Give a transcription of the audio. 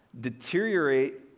deteriorate